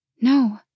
No